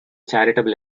charitable